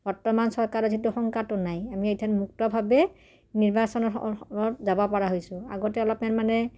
বৰ্তমান চৰকাৰে যিটো শংকাটো নাই আমি এথেন মুক্তভাৱে নিৰ্বাচন ৰত যাব পৰা হৈছোঁ আগতে অলপমান মানে